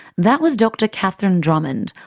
that was dr catherine drummond,